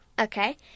okay